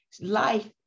life